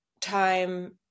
time